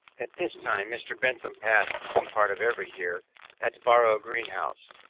at this time mr. bentham passed some part of every year at barrow green house,